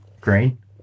Green